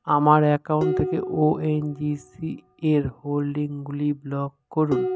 আমার অ্যাকাউন্ট থেকে ওএনজিসি এর হোল্ডিংগুলি ব্লক করুন